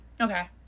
Okay